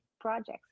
projects